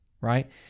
right